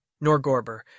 Nor'gorber